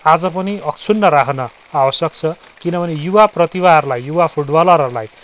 आज पनि अक्षुण्ण राख्न आवश्यक छ किनभने युवा प्रतिभाहरूलाई युवा फुटबलरहरूलाई